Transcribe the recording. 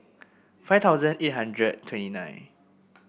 five thousand eight hundred twenty nine